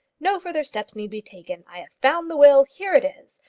no further steps need be taken. i have found the will. here it is.